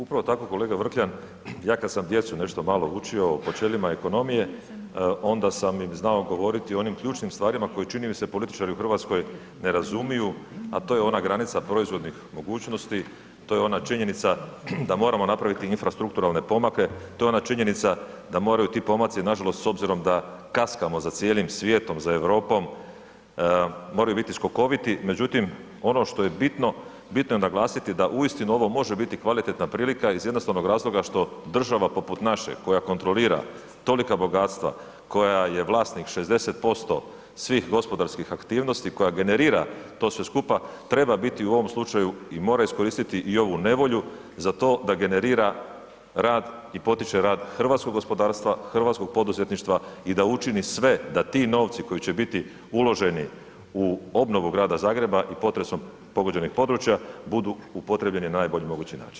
Upravo tako kolega Vrkljan ja kad sam djecu nešto malo učio o načelima ekonomije onda sam im znao govoriti o onim ključnim stvarima koje čini mi se političari u Hrvatskoj ne razumiju, a to je ona granica proizvodnih mogućnosti, to je ona činjenica da moramo napraviti infrastrukturalne pomake, to je ona činjenica da moraju ti pomaci nažalost s obzirom da kaskamo za cijelim svijetom, za Europom moraju biti skokoviti, međutim ono što je bitno, bitno je naglasiti da uistinu ovo može biti kvalitetna prilika iz jednostavnog razloga što država poput naše koja kontrolira tolika bogatstva, koja je vlasnik 60% svih gospodarskih aktivnosti koja generira to sve skupa treba biti u ovom slučaju i mora iskoristiti i ovu nevolju za to da generira rad i potiče rad hrvatskog gospodarstva, hrvatskog poduzetništva i da učini sve da ti novci koji će biti uloženi u obnovu Grada Zagreba i potresom pogođenih područja budu upotrijebljeni na najbolji mogući način.